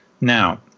Now